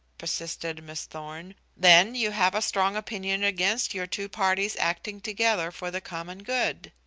persisted miss thorn, then you have a strong opinion against your two parties acting together for the common good.